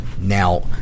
Now